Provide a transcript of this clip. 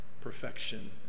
perfection